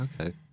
Okay